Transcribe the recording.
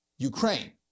Ukraine